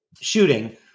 shooting